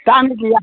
दामि गैया